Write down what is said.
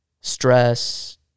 stress